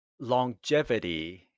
longevity